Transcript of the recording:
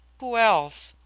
who else?